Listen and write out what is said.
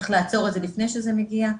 איך לעצור את זה לפני שזה מגיע,